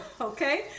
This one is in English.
okay